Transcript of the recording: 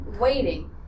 waiting